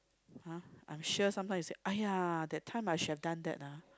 !huh! I'm sure sometimes you said !aiya! that time I should have done that ah